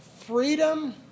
Freedom